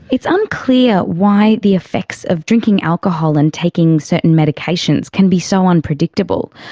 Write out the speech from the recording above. it's unclear why the effects of drinking alcohol and taking certain medications can be so unpredictable,